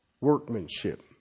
workmanship